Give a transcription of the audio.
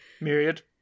Myriad